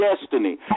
destiny